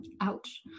Ouch